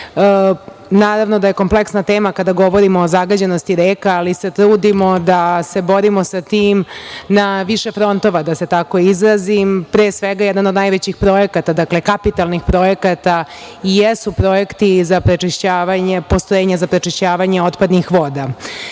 Naravno da je kompleksna tema kada govorimo o zagađenosti reka, ali se trudimo da se borimo sa tim na više frontova, da se tako izrazim. Pre svega jedan od najvećih projekata, kapitalnih projekata i jesu projekti za prečišćavanje, postrojenja za prečišćavanje otpadnih voda. Ono